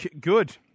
Good